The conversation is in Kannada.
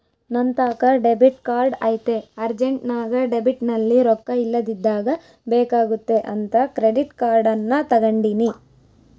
ನಂತಾಕ ಡೆಬಿಟ್ ಕಾರ್ಡ್ ಐತೆ ಅರ್ಜೆಂಟ್ನಾಗ ಡೆಬಿಟ್ನಲ್ಲಿ ರೊಕ್ಕ ಇಲ್ಲದಿದ್ದಾಗ ಬೇಕಾಗುತ್ತೆ ಅಂತ ಕ್ರೆಡಿಟ್ ಕಾರ್ಡನ್ನ ತಗಂಡಿನಿ